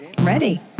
Ready